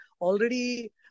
already